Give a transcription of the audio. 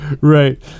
Right